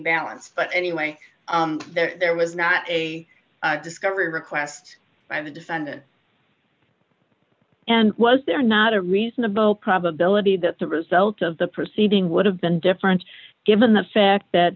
balanced but anyway there was not a discovery request by the defendant and was there not a reasonable probability that the result of the proceeding would have been different given the fact that